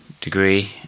Degree